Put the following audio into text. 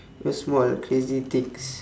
when small ah crazy things